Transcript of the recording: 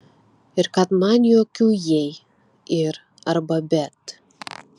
ir kad man jokių jei ir arba bet